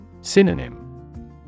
Synonym